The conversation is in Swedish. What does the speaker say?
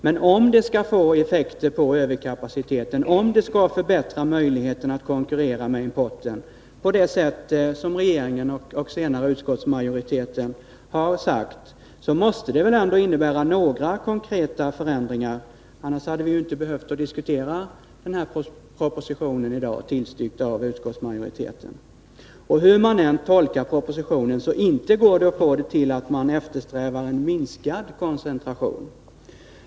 Men om åtgärderna skall få effekter på överkapaciteten, om de skall förbättra möjligheterna att konkurrera med importen på det sätt som regeringen och senare utskottsmajoriteten har sagt, måste de väl ändå innebära några konkreta förändringar, annars hade vi inte behövt diskutera den av utskottsmajoriteten tillstyrkta propositionen i dag. Hur man än tolkar propositionen, inte går det att få det till att man eftersträvar en minskad koncentration.